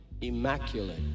immaculate